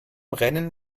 rennen